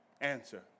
Answer